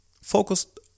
focused